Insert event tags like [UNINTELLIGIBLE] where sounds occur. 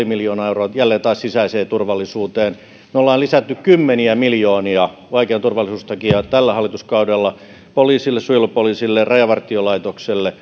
[UNINTELLIGIBLE] miljoonaa euroa jälleen taas sisäiseen turvallisuuteen me olemme lisänneet kymmeniä miljoonia vaikean turvallisuustilanteen takia tällä hallituskaudella poliisille suojelupoliisille rajavartiolaitokselle [UNINTELLIGIBLE]